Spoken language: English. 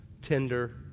tender